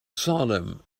salem